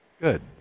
Good